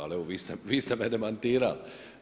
Ali evo vi ste me demantirali.